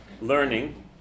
learning